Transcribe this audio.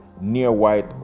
near-white